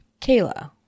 kayla